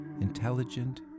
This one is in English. intelligent